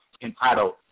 Entitled